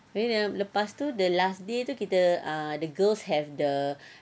abeh dalam lepas tu the last day tu the girls have the